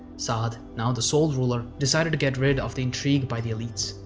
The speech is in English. saad, now the sole ruler, decided to get rid of the intrigue by the elites.